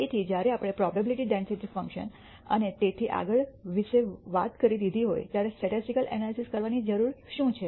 તેથી જ્યારે આપણે પ્રોબેબીલીટી ડેન્સિટી ફંક્શન અને તેથી આગળ વિશે વાત કરી દીધી હોય ત્યારે સ્ટેટિસ્ટિકલ એનાલિસિસ કરવાની જરૂર શું છે